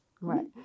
Right